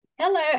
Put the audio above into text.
Hello